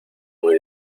muy